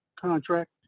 contract